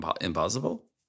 impossible